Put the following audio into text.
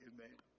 Amen